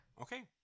okay